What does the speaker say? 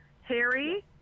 harry